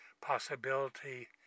possibility